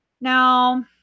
Now